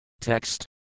Text